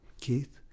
Keith